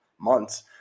months